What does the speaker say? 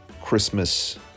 Christmas